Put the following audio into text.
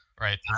Right